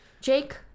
Jake